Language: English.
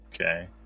Okay